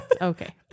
Okay